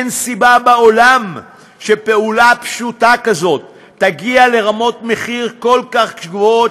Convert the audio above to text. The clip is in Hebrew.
אין סיבה בעולם שפעולה פשוטה כזאת תגיע לרמות מחיר כל כך גבוהות,